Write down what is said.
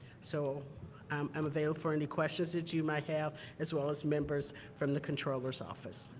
so i'm available for any questions that you might have as well as members from the controller's office.